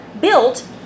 built